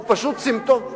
הוא שתה יותר מדי,